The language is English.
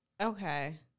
Okay